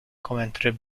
commentary